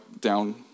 down